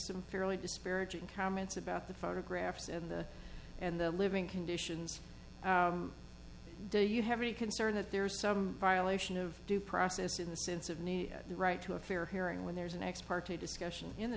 some fairly disparaging comments about the photographs and the and the living conditions do you have any concern that there is some violation of due process in the sense of need the right to a fair hearing when there's an ex parte discussion in the